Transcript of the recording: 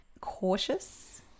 cautious